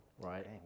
right